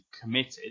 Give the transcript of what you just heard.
committed